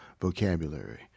vocabulary